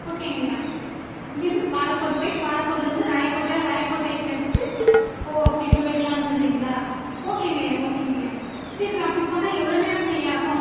ஓகேங்க ஐயா இங்கேருந்து பாலக்கோடு போய் பாலக்கோடுலேருந்து ராயக்கோட்டை ராயக்கோட்டைக்கு அடுத்து ஓ அப்படி போயிக்கலான்னு சொல்கிறீங்களா ஓகேங்கய்யா ஓகேங்கய்யா சீக்கிரம் அப்படி போனால் எவ்வளோ நேரங்கய்யா ஆகும்